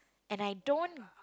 and I don't